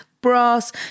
brass